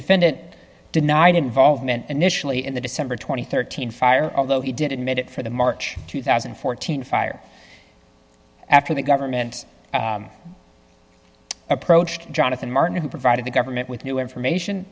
defendant denied involvement initially in the december two thousand and thirteen fire although he did admit it for the march two thousand and fourteen fire after the government approached jonathan martin who provided the government with new information